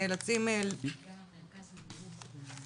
על אף החשיבות הרבה והמשמעות של ועדה כזאת,